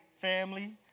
family